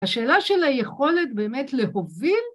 השאלה של היכולת באמת להוביל